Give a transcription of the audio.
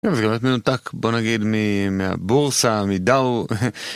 אז גם זה באמת מנותק, בוא נגיד, מהבורסה, מדאו.